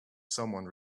someone